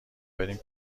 بریم